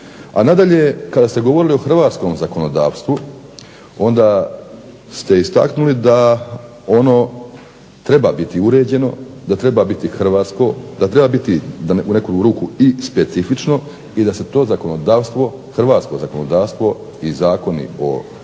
A nadalje, kada ste govorili o hrvatskom zakonodavstvu onda ste istaknuli da ono treba biti uređeno, da treba biti hrvatsko, da treba biti u neku ruku i specifično i da se to zakonodavstvo, hrvatsko zakonodavstvo i zakoni o temeljnim